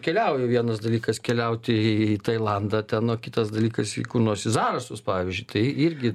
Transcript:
keliauju vienas dalykas keliauti į tailandą ten o kitas dalykas į kur nors į zarasus pavyzdžiui tai irgi